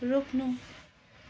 रोक्नु